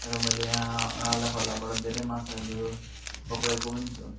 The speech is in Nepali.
र मैले यहाँ नाला खोलाबाट धेरै माछाहरू पकडेको पनि छु